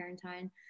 quarantine